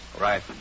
Right